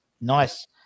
Nice